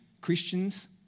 Christians